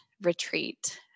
retreat